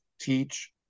teach